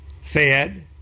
fed